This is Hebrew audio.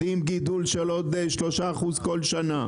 יודעים גידול של עוד 3% כל שנה,